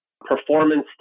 performance